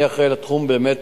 אני אחראי לתחום של